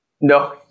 No